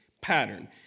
pattern